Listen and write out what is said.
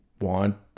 want